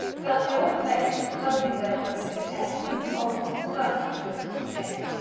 that the old place should suddenly let over his head seemed to oleron the slightest of risks to take,